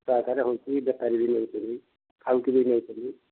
ଛୋଟ ଆକାରରେ ହେଉଛି ବେପାରୀ ବି ନେଉଛନ୍ତି ଖାଉଟି ବି ନେଉଛନ୍ତି